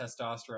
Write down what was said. testosterone